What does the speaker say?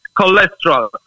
cholesterol